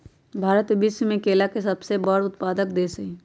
भारत विश्व में केला के सबसे बड़ उत्पादक देश हई